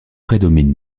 prédomine